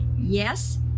Yes